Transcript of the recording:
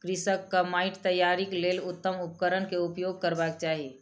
कृषकक माइट तैयारीक लेल उत्तम उपकरण केउपयोग करबाक चाही